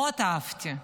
אהבתי מאוד.